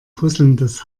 fusselndes